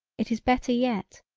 it is better yet.